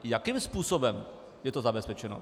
Jakým způsobem je to zabezpečeno?